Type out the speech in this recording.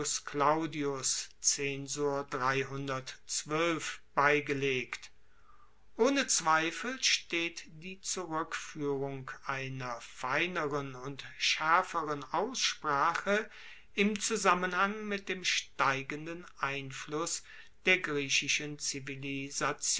claudius zensor beigelegt ohne zweifel steht die zurueckfuehrung einer feineren und schaerferen aussprache im zusammenhang mit dem steigenden einfluss der griechischen zivilisation